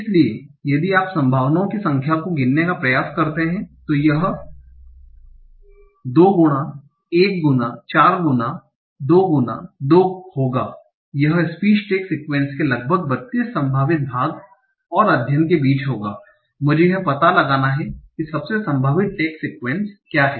इसलिए यदि आप संभावनाओं की संख्या को गिनने का प्रयास करते हैं तो यह 2 गुना 1 गुना 4 गुना 2 गुना 2 होगा यह स्पीच टैग सीक्वन्स के लगभग 32 संभावित भाग और अध्ययन के बीच होगा मुझे यह पता लगाना है कि सबसे संभावित टैग सीक्वन्स क्या है